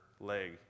leg